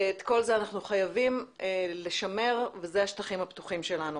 את כל זה אנחנו חייבים לשמר ואלה השטחים הפתוחים שלנו.